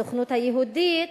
הסוכנות היהודית.